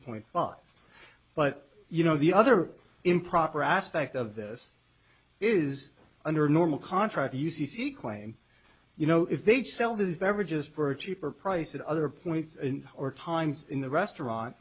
point five but you know the other improper aspect of this is under normal contract u c c claim you know if they sell these beverages for a cheaper price at other points or times in the restaurant